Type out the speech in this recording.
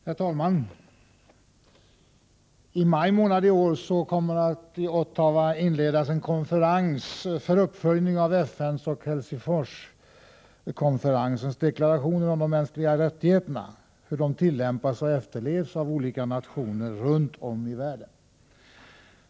Herr talman! I maj månad i år inleds i Ottawa en konferens om hur FN:s och Helsingforskonferensens deklarationer om de mänskliga rättigheterna tillämpas och efterlevs runt om i världen.